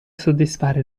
soddisfare